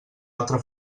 altra